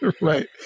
Right